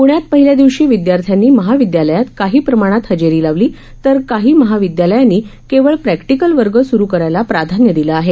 प्ण्यात पहिल्या दिवशी विद्यार्थ्यांनी महाविद्यालयांत काही प्रमाणात हजेरी लावली तर काही महाविद्यालयांनी केवळ प्रॅक्टिकल वर्ग सुरु करायला प्राधान्य दिलं आहे